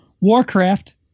Warcraft